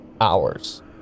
hours